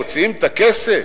מוציאים את הכסף,